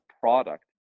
product